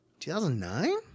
2009